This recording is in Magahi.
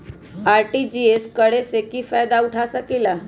आर.टी.जी.एस करे से की फायदा उठा सकीला?